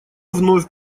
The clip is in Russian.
вновь